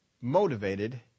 motivated